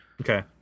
okay